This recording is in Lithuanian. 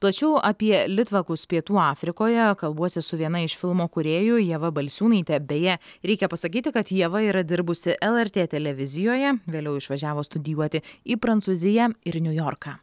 plačiau apie litvakus pietų afrikoje kalbuosi su viena iš filmo kūrėjų ieva balsiūnaitė beje reikia pasakyti kad ieva yra dirbusi lrt televizijoje vėliau išvažiavo studijuoti į prancūziją ir niujorką